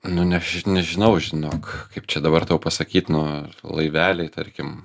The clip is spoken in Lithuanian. nu než nežinau žinok kaip čia dabar tau pasakyt nu laiveliai tarkim